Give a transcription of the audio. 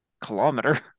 kilometer